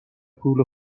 پول